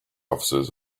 officers